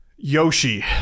Yoshi